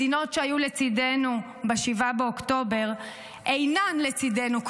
מדינות שהיו לצידנו ב-7 באוקטובר אינן לצידנו כיום.